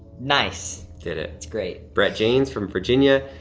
nice. did it. it's great. brett james from virginia.